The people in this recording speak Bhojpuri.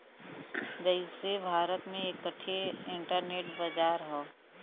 जइसे भारत में एक ठे इन्टरनेट बाजार हौ